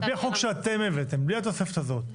על פי החוק שאתם הבאתם, בלי התוספת הזאת.